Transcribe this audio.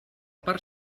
per